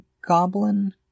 goblin